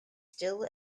still